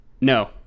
No